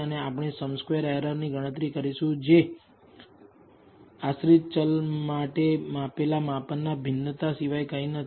અને આપણે sum square એરરની ગણતરી કરીશું જે આશ્રિત ચલ માટે માપેલા માપનના ભિન્નતા સિવાય કંઈ નથી